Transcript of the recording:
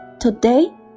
Today